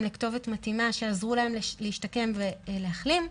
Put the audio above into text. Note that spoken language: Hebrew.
לכתובת מתאימה שיעזרו להם להשתקם ולהחלים,